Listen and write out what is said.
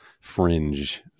fringe